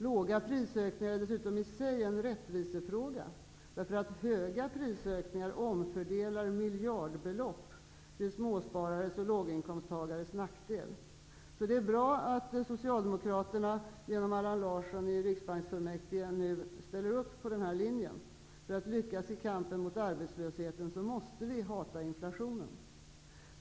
Låga prisökningar är dessutom i sig en rättvisefråga, därför att höga prisökningar omfördelar miljardbelopp till småsparares och låginkomsttagares nackdel. Det är bra att Riksbanksfullmäktige nu ställer upp på denna linje. För att lyckas i kampen mot arbetslösheten måste vi hata inflationen.